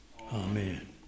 Amen